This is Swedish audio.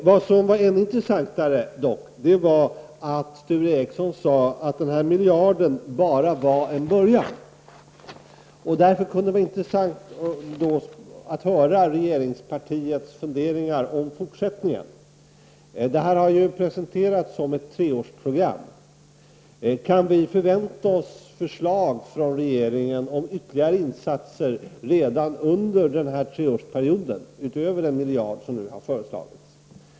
Vad som dock var ännu intressantare var att Sture Ericson sade att denna miljard bara var en början. Därför kunde det vara intressant att höra regeringspartiets funderingar om fortsättningen. Det här har presenterats som ett treårsprogram. Kan förslag om ytterligare insatser förväntas från regeringen redan under denna treårsperiod, utöver den miljard som nu har föreslagits?